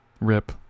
Rip